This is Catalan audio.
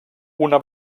una